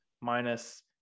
minus